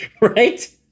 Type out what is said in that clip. Right